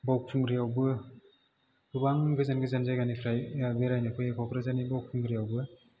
बाउखुंग्रियावबो गोबां गोजान गोजान जायगानिफ्राय बेरायनो फैयो क'क्राझारनि बाउखुंग्रियावबो